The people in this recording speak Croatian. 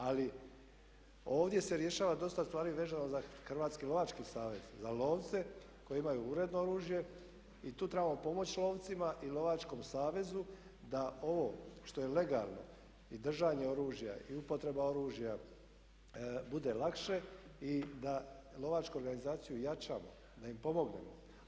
Ali ovdje se rješava dosta stvari vezano za Hrvatski lovački savez, za lovce koji imaju uredno oružje i tu trebamo pomoći lovcima i lovačkom savezu da ovo što je legalno i držanje oružja i upotreba oružja bude lakše i da lovačku organizaciju jačamo, da im pomognemo.